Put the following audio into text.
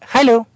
Hello